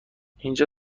اینجا